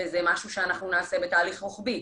וזה משהו שנעשה בתהליך רוחבי.